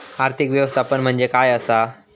आर्थिक व्यवस्थापन म्हणजे काय असा?